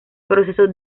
proceso